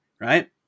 right